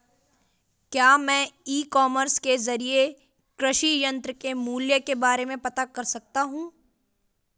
क्या मैं e commerce के ज़रिए कृषि यंत्र के मूल्य के बारे में पता कर सकता हूँ?